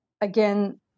again